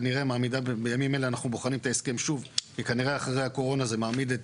בימים אלה, כאשר אנחנו מאשרים תקציבים,